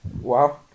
Wow